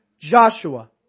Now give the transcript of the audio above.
Joshua